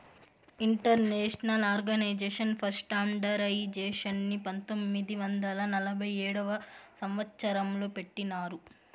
international organization for స్టాండర్డయిజేషన్ని పంతొమ్మిది వందల నలభై ఏడవ సంవచ్చరం లో పెట్టినారు